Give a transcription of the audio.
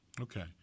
Okay